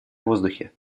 воздухе